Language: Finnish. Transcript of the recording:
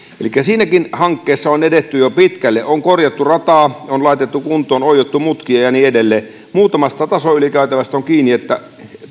elikkä siinäkin hankkeessa on edetty jo pitkälle on korjattu rataa on laitettu kuntoon oiottu mutkia ja niin edelleen muutamasta tasoylikäytävästä on kiinni että